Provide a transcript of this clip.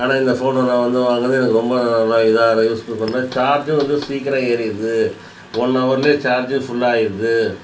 ஆனால் இந்த ஃபோனு நான் வந்து வாங்கினது எனக்கு ரொம்ப இதாக இருக்குது யூஸ்ஃபுல் பண்றேன் சார்ஜும் வந்து சீக்கிரம் ஏறிடுது ஒன் ஹவர்லயே சார்ஜு ஃபுல்லாயிடுது